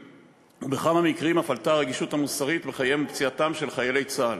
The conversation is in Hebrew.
בכמה מקרים אף עלתה הרגישות המוסרית בחייהם ובפציעתם של חיילי צה"ל.